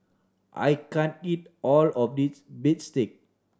I can't eat all of this bistake